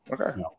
okay